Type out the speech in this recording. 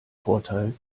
vorteil